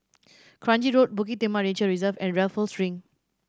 Kranji Road Bukit Timah Nature Reserve and Raffles Link